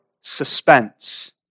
suspense